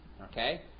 Okay